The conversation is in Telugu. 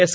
ఎస్